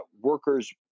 workers